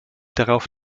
darauf